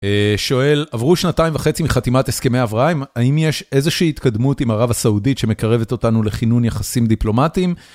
שואל, עברו שנתיים וחצי מחתימת הסכמי אברהם, האם יש איזושהי התקדמות עם הרב הסעודית שמקרבת אותנו לכינון יחסים דיפלומטיים?